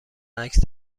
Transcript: عکس